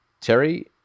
Terry